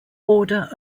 order